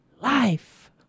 life